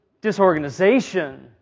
disorganization